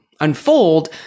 unfold